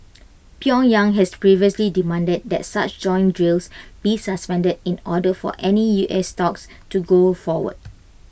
pyongyang has previously demanded that such joint drills be suspended in order for any U S talks to go forward